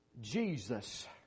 Jesus